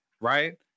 right